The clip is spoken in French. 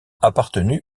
appartenu